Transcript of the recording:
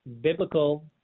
biblical